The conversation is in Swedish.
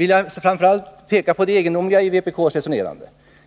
vill framför allt peka på det egendomliga i vpk:s resonemang.